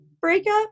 breakup